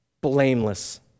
blameless